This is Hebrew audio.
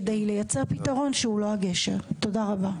כדי לייצר פתרון שהוא לא הגשר תודה רבה.